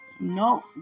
No